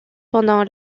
pendant